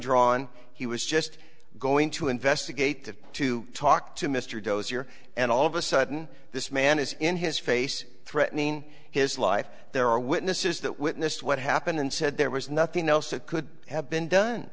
drawn he was just going to investigate that to talk to mr dozier and all of a sudden this man is in his face threatening his life there are witnesses that witnessed what happened and said there was nothing else that could have been done